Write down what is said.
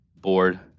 board